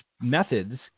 methods